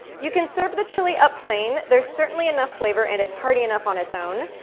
you can serve the chili up plain. there's certainly enough flavor and it's hearty enough on its own,